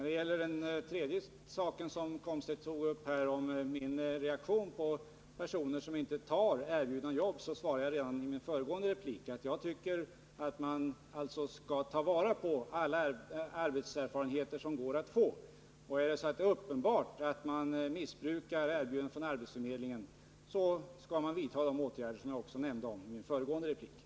Beträffande Wiggo Komstedts fråga om min reaktion när det gäller personer som inte tar erbjudna jobb: Jag svarade redan i den föregående repliken att jag tycker att man skall ta vara på alla arbetserfarenheter som går att få. Är det uppenbart att någon missbrukar erbjudanden från arbetsförmedlingen skall man vidta de åtgärder som jag också omnämnde i den föregående repliken.